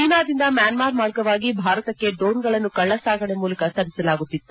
ಚೀನಾದಿಂದ ಮ್ಯಾನ್ಹಾರ್ ಮಾರ್ಗವಾಗಿ ಭಾರತಕ್ಕೆ ದ್ರೋಣ್ಗಳನ್ನು ಕಳ್ಳಸಾಗಣೆ ಮೂಲಕ ತರಿಸಲಾಗುತ್ತಿತ್ತು